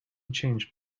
change